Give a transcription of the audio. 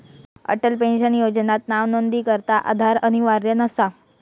Atal pension योजनात नावनोंदणीकरता आधार अनिवार्य नसा